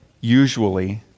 usually